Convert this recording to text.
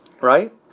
Right